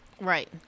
right